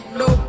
no